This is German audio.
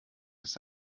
ist